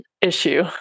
issue